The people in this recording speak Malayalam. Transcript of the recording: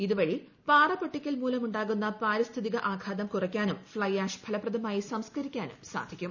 ഇത് വഴി പാറപൊട്ടിക്കൽ മൂലമൂണ്ടാകുന്ന പാരിസ്ഥിതിക ആഘാതം കുറക്കാനും ഫ്ലൈ ആഷ് ഫലപ്രദമായി സംസ്കരിക്കാനും സാധിക്കും